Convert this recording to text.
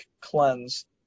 cleanse